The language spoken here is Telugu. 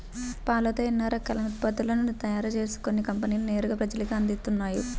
పాలతో ఎన్నో రకాలైన ఉత్పత్తులను తయారుజేసి కొన్ని కంపెనీలు నేరుగా ప్రజలకే అందిత్తన్నయ్